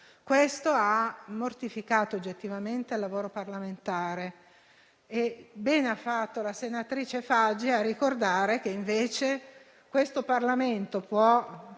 Questo ha mortificato oggettivamente il lavoro parlamentare e ha fatto bene la senatrice Faggi a ricordare che invece il Parlamento,